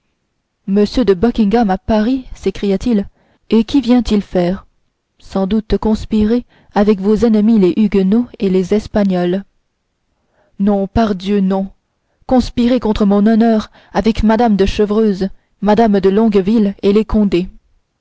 de buckingham à paris s'écria-t-il et qu'y vient-il faire sans doute conspirer avec nos ennemis les huguenots et les espagnols non pardieu non conspirer contre mon honneur avec mme de chevreuse mme de longueville et les condé